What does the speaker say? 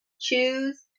choose